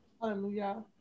Hallelujah